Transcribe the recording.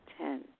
Ten